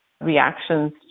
reactions